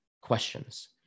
questions